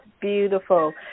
beautiful